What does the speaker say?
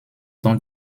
dont